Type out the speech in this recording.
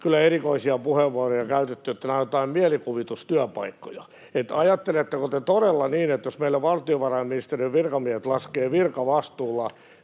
kyllä erikoisia puheenvuoroja käytetty, että nämä ovat joitain mielikuvitustyöpaikkoja. Ajatteletteko te todella niin, että jos meillä valtiovarainministeriön virkamiehet laskevat virkavastuulla